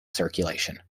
circulation